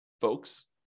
folks